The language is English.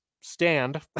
stand